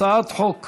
הצעת חוק